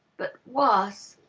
but worse.